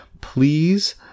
please